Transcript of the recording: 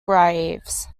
graves